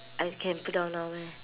I can put down now meh